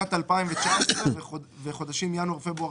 שנת 2019 וחודשים ינואר-פברואר